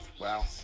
wow